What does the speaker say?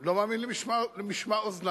לא מאמין למשמע אוזני.